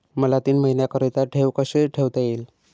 मला तीन महिन्याकरिता ठेव कशी ठेवता येईल?